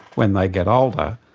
when they get older,